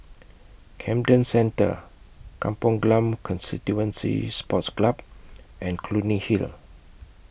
Camden Centre Kampong Glam Constituency Sports Club and Clunny Hill